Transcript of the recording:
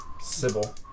Sybil